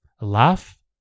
Laugh